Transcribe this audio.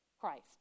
Christ